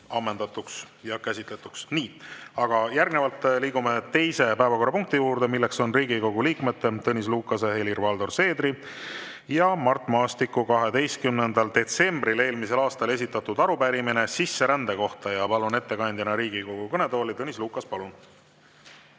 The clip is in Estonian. ammendatuks ja käsitletuks. Nii, järgnevalt liigume teise päevakorrapunkti juurde, mis on Riigikogu liikmete Tõnis Lukase, Helir-Valdor Seederi ja Mart Maastiku 12. detsembril eelmisel aastal esitatud arupärimine sisserände kohta. Palun ettekandjana Riigikogu kõnetooli Tõnis Lukase. Palun!